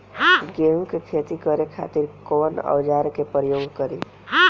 गेहूं के खेती करे खातिर कवन औजार के प्रयोग करी?